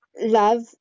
love